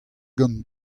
gant